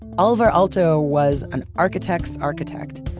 alvar aalto was an architect's architect,